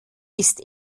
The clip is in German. ist